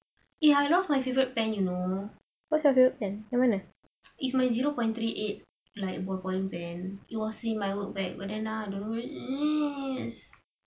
ya I lost my favourite pen you know it's my zero point three eight like ball point pen it was in my old bag but then now I don't know !ee!